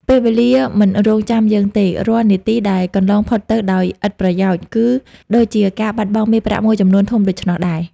ពេលវេលាមិនរងចាំយើងទេ រាល់នាទីដែលកន្លងផុតទៅដោយឥតប្រយោជន៍ គឺដូចជាការបាត់បង់មាសប្រាក់មួយចំនួនធំដូច្នោះដែរ។